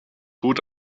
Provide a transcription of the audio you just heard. gut